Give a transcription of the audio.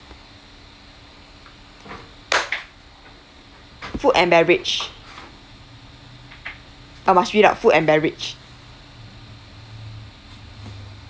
food and beverage uh must read out food and beverage